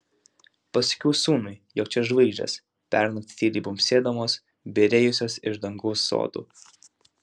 pasakiau sūnui jog čia žvaigždės pernakt tyliai bumbsėdamos byrėjusios iš dangaus sodų